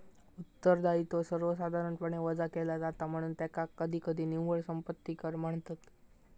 उत्तरदायित्व सर्वसाधारणपणे वजा केला जाता, म्हणून त्याका कधीकधी निव्वळ संपत्ती कर म्हणतत